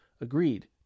Agreed